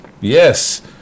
Yes